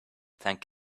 thank